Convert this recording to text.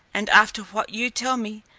and after what you tell me,